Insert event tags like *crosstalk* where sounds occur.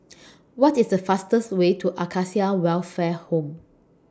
*noise* What IS The fastest Way to Acacia Welfare Home